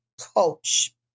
coach